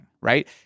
right